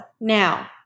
now